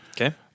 Okay